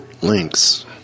links